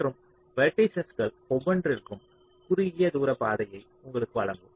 மற்றும் வெர்ட்டிஸஸ்கள் ஒவ்வொன்றிற்கும் குறுகிய தூர பாதையை உங்களுக்கு வழங்கும்